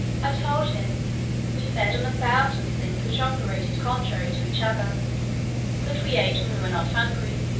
i told him we fed on a thousand things which operated contrary to each other that we ate when we were not hungry,